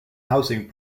housing